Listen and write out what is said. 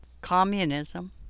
Communism